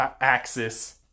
axis